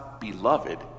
beloved